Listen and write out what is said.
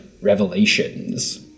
Revelations